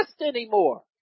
anymore